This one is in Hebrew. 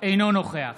אינו נוכח